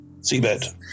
Seabed